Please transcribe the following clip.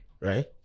right